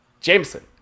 Jameson